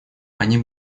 они